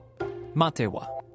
Matewa